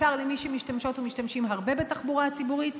בעיקר למי שמשתמשות ומשתמשים הרבה בתחבורה הציבורית,